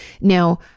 Now